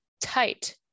tight